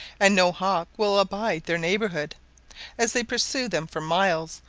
and no hawk will abide their neighbourhood as they pursue them for miles,